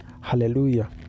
Hallelujah